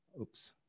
oops